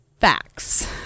facts